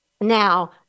Now